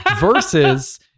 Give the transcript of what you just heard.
versus